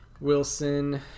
Wilson